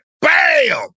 Bam